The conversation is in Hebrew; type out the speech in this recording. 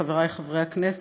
חברי חברי הכנסת,